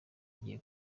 igiye